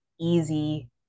easy